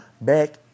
back